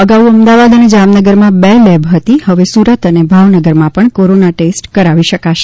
અગાઉ અમદાવાદ અને જામનગરમાં બે લેબ હતી હવે સુરત અને ભાવનગરમાં પણ કોરોના ટેસ્ટ કરાવી શકશે